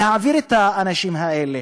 להעביר את האנשים האלה.